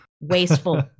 wasteful